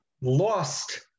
lost